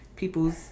people's